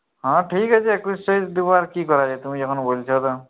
হ্যাঁ ঠিক আছে একুশশোই দেবো আর কি করা যাবে তুমি যখন বলছো তো